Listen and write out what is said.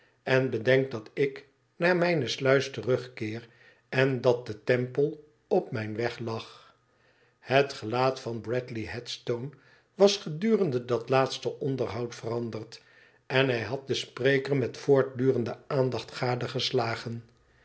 en bedenk dat ik naar mijne sluis terugkeer en dat de temple op mijn weg lag het gelaat van bradley headstone was gedurende dat laatste onderhoud veranderd en hij had den spreker met voordurende aandacht